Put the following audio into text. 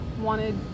wanted